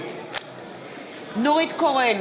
נגד נורית קורן,